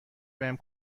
بهم